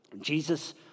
Jesus